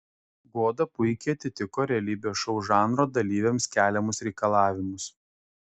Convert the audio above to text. goda puikiai atitiko realybės šou žanro dalyviams keliamus reikalavimus